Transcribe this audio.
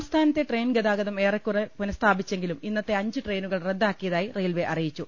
സംസ്ഥാനത്തെ ട്രെയിൻ ഗതാഗതം ഏറെക്കുറെ പുന സ്ഥാപിച്ചെങ്കിലും ഇന്നത്തെ അഞ്ച് ട്രെയിനുകൾ റദ്ദാക്കിയതായി റെയിൽവെ അറിയിച്ചു